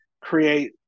create